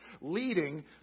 leading